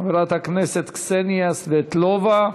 חברת הכנסת קסניה סבטלובה.